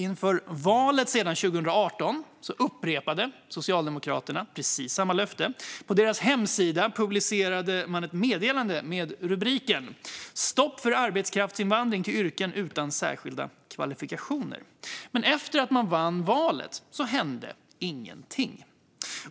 Inför valet 2018 upprepade Socialdemokraterna precis samma löfte, och på deras hemsida publicerade man ett meddelande med rubriken "Stopp för arbetskraftsinvandring till yrken utan särskilda kvalifikationer". Men efter att man vann valet hände ingenting.